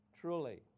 Truly